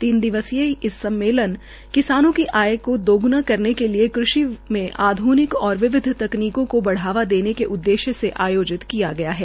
तीन दिवसीय ये सम्मेलन किसानों की आय दोग्नी करने के लिए कृषि में आध्निक और विविध तकनीकों को बढावा देने के उद्देश्य से आयोजित किया गया है